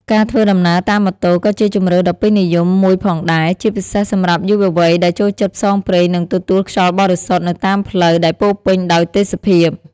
ការធ្វើដំណើរតាមម៉ូតូក៏ជាជម្រើសដ៏ពេញនិយមមួយផងដែរ ជាពិសេសសម្រាប់យុវវ័យដែលចូលចិត្តផ្សងព្រេងនិងទទួលខ្យល់បរិសុទ្ធនៅតាមផ្លូវដែលពោរពេញដោយទេសភាព។